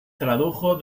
tradujo